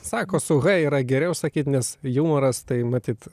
sako su h yra geriau sakyt nes jumoras tai matyt